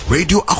Radio